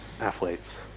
athletes